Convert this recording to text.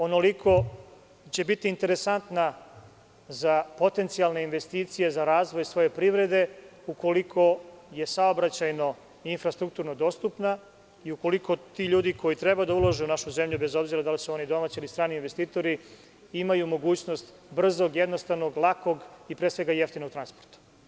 Onoliko će biti interesantna za potencijalne investicije za razvoj svoje privrede, ukoliko je saobraćajno i infrastrukturno dostupna i ukoliko ti ljudi koji treba da ulažu u našu zemlju, bez obzira da li su oni domaći ili strani investitori, imaju mogućnost brzog, jednostavnog, lakog i pre svega jeftinog transporta.